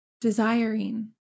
desiring